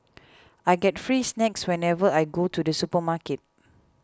I get free snacks whenever I go to the supermarket